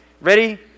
Ready